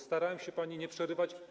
Starałem się pani nie przerywać.